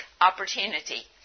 opportunity